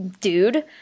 dude